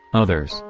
others,